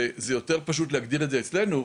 זה יותר פשוט להגדיר את זה אצלנו,